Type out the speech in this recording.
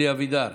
אלי אבידר,